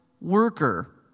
worker